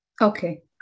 Okay